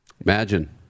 Imagine